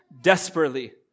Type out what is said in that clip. desperately